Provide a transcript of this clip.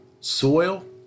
soil